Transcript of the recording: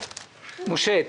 משה,